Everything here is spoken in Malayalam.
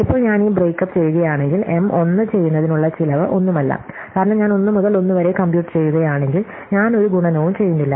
ഇപ്പോൾ ഞാൻ ഈ ബ്രേക്ക്അപ്പ് ചെയ്യുകയാണെങ്കിൽ M 1 ചെയ്യുന്നതിനുള്ള ചെലവ് ഒന്നുമല്ല കാരണം ഞാൻ 1 മുതൽ 1 വരെ കമ്പ്യൂട്ട് ചെയ്യുകയാണെങ്കിൽ ഞാൻ ഒരു ഗുണനവും ചെയ്യുന്നില്ല